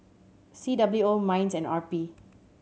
C W O MINDS and R P